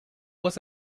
was